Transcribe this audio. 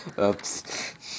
oops